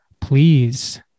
please